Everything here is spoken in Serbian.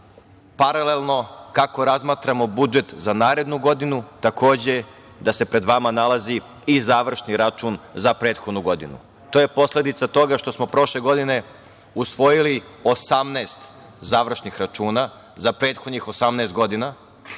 paralelno kako razmatramo budžet za narednu godinu takođe da se pred vama nalazi i završni račun za prethodnu godinu. To je posledica toga što smo prošle godine usvojili 18 završnih računa, za prethodnih 18 godina,